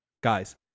guys